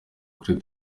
kuri